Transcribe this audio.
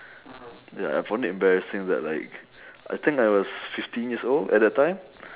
ya I found it embarrassing that like I think I was fifteen years old at that time